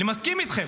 אני מסכים איתכם.